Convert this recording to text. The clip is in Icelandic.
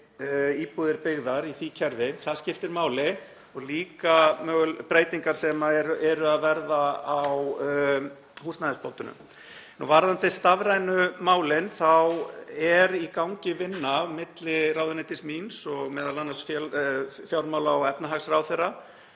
íbúðir byggðar í því kerfi. Það skiptir máli. Líka breytingar sem eru að verða á húsnæðisbótunum. Varðandi stafrænu málin er í gangi vinna á milli ráðuneytis míns og m.a. fjármála- og efnahagsráðherra.